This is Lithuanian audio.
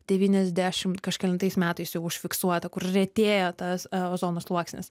devyniasdešimt kažkelintais metais jau užfiksuota kur retėja tas ozono sluoksnis